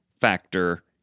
factor